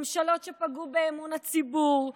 ממשלות שפגעו באמון הציבור,